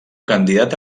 candidat